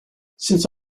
since